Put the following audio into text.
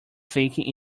thinking